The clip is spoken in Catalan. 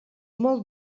molt